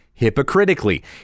hypocritically